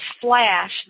flash